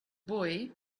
boy